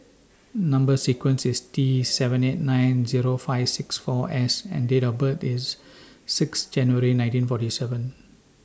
Number sequence IS T seven eight nine Zero five six four S and Date of birth IS six January nineteen forty seven